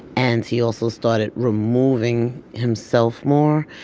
and he also started removing himself more.